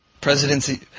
Presidency